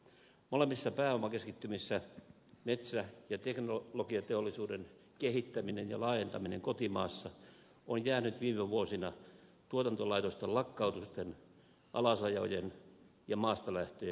molemmissa pääomakeskittymissä metsä ja teknologiateollisuuden kehittäminen ja laajentaminen kotimaassa on jäänyt viime vuosina tuotantolaitosten lakkautusten alasajojen ja maastalähtöjen varjoon